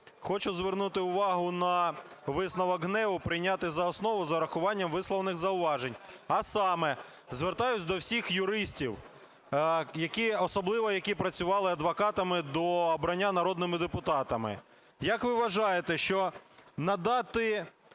хочу звернути увагу на висновок ГНЕУ прийняти за основу з урахуванням висловлених зауважень. А саме… Звертаюсь до всіх юристів, особливо, які працювали адвокатами до обрання народними депутатами. Як ви вважаєте, що "надати